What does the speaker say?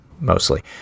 Mostly